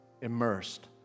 immersed